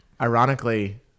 ironically